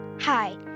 Hi